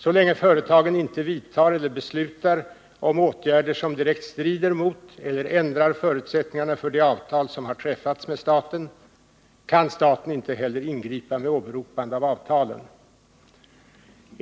Så länge företagen inte vidtar eller beslutar om åtgärder som direkt strider mot eller ändrar förutsättningarna för de avtal som har träffats med staten kan staten inte heller ingripa med åberopande av avtalen.